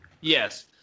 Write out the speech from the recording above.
Yes